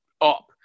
up